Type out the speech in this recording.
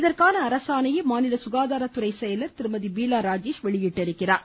இதற்கான அரசாணையை மாநில சுகாதாரத்துறை செயலர் திருமதி பீலா ராஜேஷ் வெளியிட்டுள்ளார்